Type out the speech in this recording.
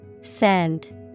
Send